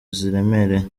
ziremereye